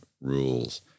Rules